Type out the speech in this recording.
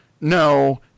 no